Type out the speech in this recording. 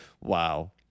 wow